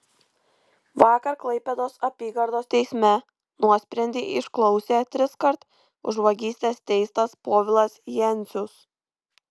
vakar klaipėdos apygardos teisme nuosprendį išklausė triskart už vagystes teistas povilas jencius